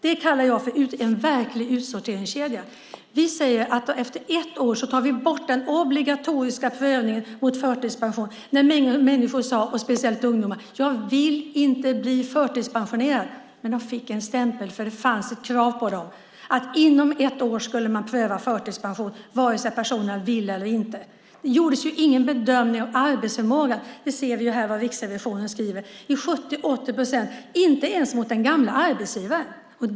Det kallar jag för en verklig utsorteringskedja. Efter ett år tar vi bort den obligatoriska prövningen mot förtidspension. Människor, och speciellt ungdomar, ville inte bli förtidspensionerade, men de fick en stämpel för det fanns ett krav på dem att inom ett år skulle man pröva förtidspension vare sig personen ville eller inte. Det gjordes ingen bedömning av arbetsförmågan i 70-80 procent av fallen - vi kan se här vad Riksrevisionen skriver - inte ens mot den gamla arbetsgivaren.